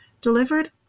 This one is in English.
delivered